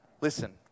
Listen